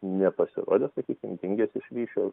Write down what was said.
nepasirodė sakykim dingęs iš ryšio